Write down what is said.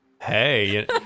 Hey